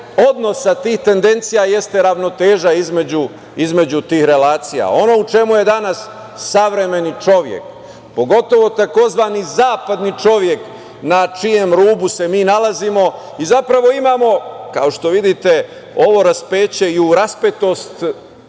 odnosa tih tendencija jeste ravnoteža između tih relacija. Ono u čemu je danas savremeni čovek, pogotovo tzv. zapadni čovek na čijem rubu se mi nalazimo i zapravo imamo, kao što vidite, ovo raspeće i raspetost